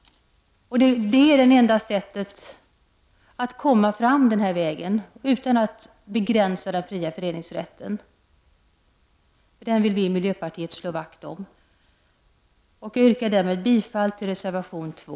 Det är enda sättet att komma fram utan att begränsa den fria föreningsrätten, och den vill vi i miljöpartiet slå vakt om. Jag yrkar därmed bifall till reservation 2.